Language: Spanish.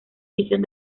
edición